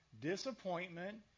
disappointment